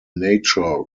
nature